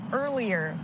earlier